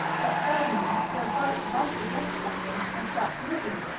but suddenly their boat bumped against something, and stopped moving.